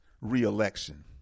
reelection